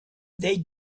they